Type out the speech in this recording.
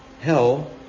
hell